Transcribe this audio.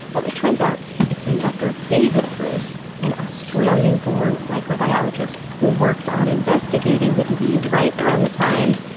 well, it turns out it's named after david bruce, an australian-born microbiologist who worked on investigating the disease right around the time,